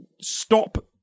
Stop